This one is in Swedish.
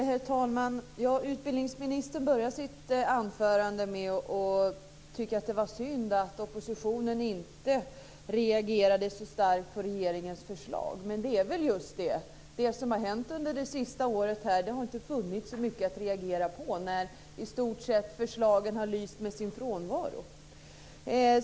Herr talman! Utbildningsministern inledde sitt anförande med att tycka att det är synd att oppositionen inte reagerade så starkt på regeringens förslag. Men det gäller väl då det som har hänt under det senaste året. Det har inte funnits så mycket att reagera på. Förslagen har i stort sett lyst med sin frånvaro.